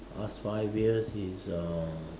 past five years is uh